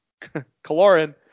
Kaloran